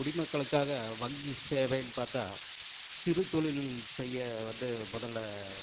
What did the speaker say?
குடிமக்களுக்காக வங்கி சேவைன்னு பார்த்தா சிறு தொழில் செய்ய வந்து முதல்ல